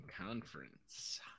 Conference